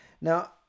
Now